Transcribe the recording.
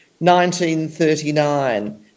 1939